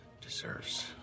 deserves